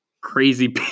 crazy